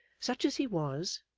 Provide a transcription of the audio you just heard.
such as he was,